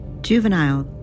Juvenile